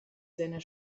seiner